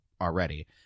already